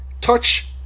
touch